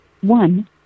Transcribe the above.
one